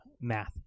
math